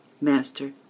Master